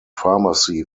pharmacy